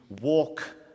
walk